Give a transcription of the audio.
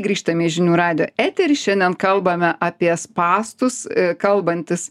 grįžtame į žinių radijo eterį šiandien kalbame apie spąstus kalbantis